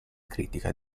critica